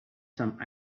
some